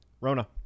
Rona